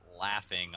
laughing